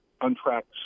untracked